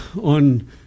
on